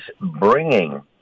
bringing